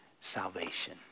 salvation